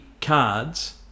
cards